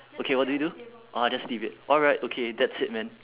okay what do we do oh just leave it alright okay that's it man